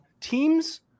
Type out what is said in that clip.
teams